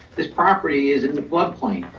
this property is in the flood, plain.